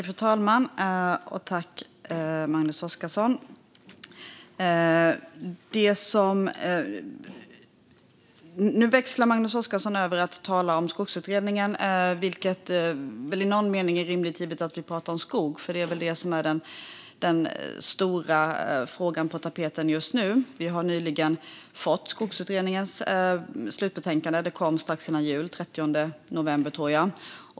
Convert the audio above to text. Fru talman och Magnus Oscarsson! Nu växlar Magnus Oscarsson över till att tala om Skogsutredningen, vilket väl i någon mening är rimligt givet att vi pratar om skog. Det är väl det som är den stora frågan på tapeten just nu. Vi har nyligen fått Skogsutredningens slutbetänkande. Det kom strax före jul - den 30 november, tror jag.